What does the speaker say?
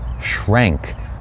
shrank